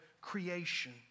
creation